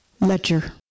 Ledger